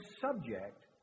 subject